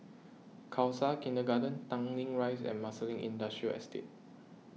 Khalsa Kindergarten Tanglin Rise and Marsiling Industrial Estate